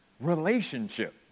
relationship